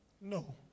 No